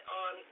on